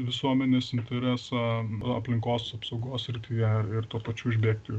visuomenės interesą aplinkos apsaugos srityje ir tuo pačiu užbėgti